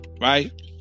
Right